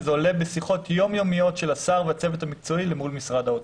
וזה עולה בשיחות יומיומיות של השר והצוות המקצועי מול משרד האוצר.